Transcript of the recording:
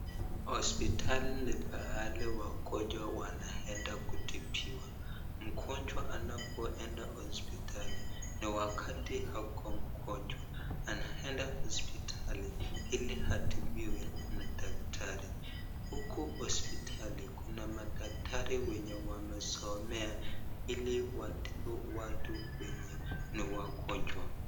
Hospitali ni mahali wagonjwa wanaenda kutibiwa mgonjwa anapoenda hospitali ni wakati ako mgonjwa anenda hospitali hili atibiwe na daktari huku hospitali Kuna madaktari wenye wamesomea hili watibu watu wenye ni wagonjwa.